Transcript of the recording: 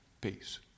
Peace